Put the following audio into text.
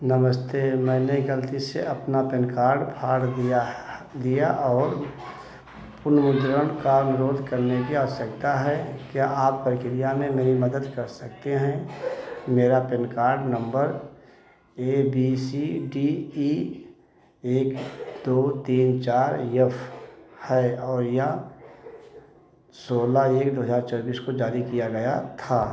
नमस्ते मैंने गलती से अपना पैन कार्ड फाड़ दिया दिया और पुनःमुद्रण का अनुरोध करने की आवश्यकता है क्या आप प्रक्रिया में मेरी मदद कर सकते हैं मेरा PAN card number A B C D E एक दो तीन चार यफ है और यह सोलह एक दो हजार चौबीस को जारी किया गया था